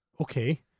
Okay